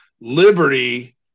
Liberty